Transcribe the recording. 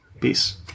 Peace